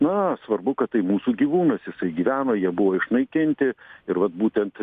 na svarbu kad tai mūsų gyvūnas jisai gyveno jie buvo išnaikinti ir vat būtent